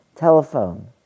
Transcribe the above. telephone